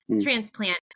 Transplant